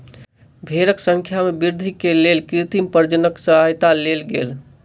भेड़क संख्या में वृद्धि के लेल कृत्रिम प्रजननक सहयता लेल गेल